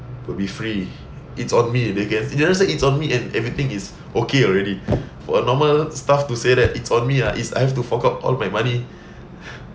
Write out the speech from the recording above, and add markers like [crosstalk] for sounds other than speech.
will be free it's on me they can they can just say it's on me and everything is okay already for a normal staff to say that it's on me ah is I have to fork out all my money [laughs]